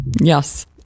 Yes